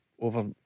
over